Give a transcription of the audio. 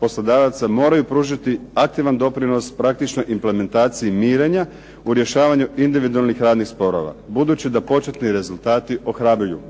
poslodavaca moraju pružiti aktivan doprinos praktičnoj implementaciji mirenja u rješavanju individualnih radnih sporova. Budući da početni rezultati ohrabruju